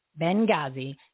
Benghazi